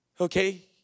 Okay